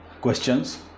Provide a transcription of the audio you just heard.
questions